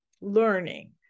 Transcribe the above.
learning